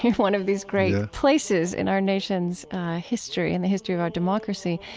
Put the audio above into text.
one of these great places in our nation's history, in the history of our democracy,